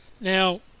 Now